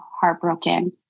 Heartbroken